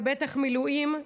ובטח מילואים,